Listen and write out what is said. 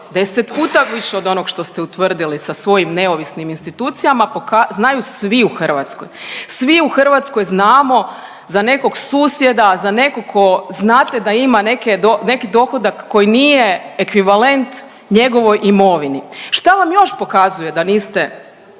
deset puta više od onog što ste utvrdili sa svojim neovisnim institucijama pokaz… znaju svi u Hrvatskoj. Svi u Hrvatskoj znamo za nekog susjeda, za nekog tko znate da ima neki dohodak koji nije ekvivalent njegovoj imovini. Šta vam još pokazuje da niste